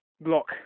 block